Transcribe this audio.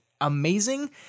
Amazing